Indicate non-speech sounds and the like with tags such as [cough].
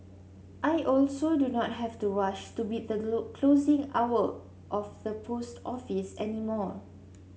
I also do not have to rush to beat the [unintelligible] closing hour of the post office any more